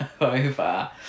over